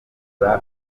black